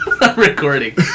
recording